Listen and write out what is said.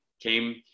came